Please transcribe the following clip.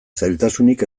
zailtasunik